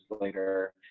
later